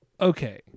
okay